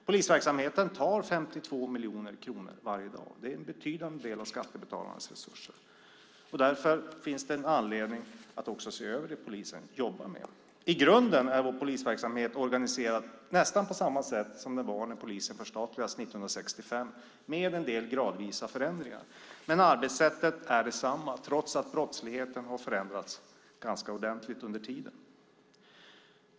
Polisverksamheten tar 52 miljoner kronor varje dag. Det är en betydande del av skattebetalarnas resurser. Därför finns det anledning att också se över det polisen jobbar med. I grunden är vår polisverksamhet organiserad nästan på samma sätt som den var när polisen förstatligades 1965, med en del gradvisa förändringar. Men arbetssättet är detsamma trots att brottsligheten har förändrats ganska ordentligt under tiden.